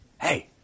Hey